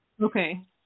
Okay